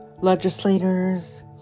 Legislators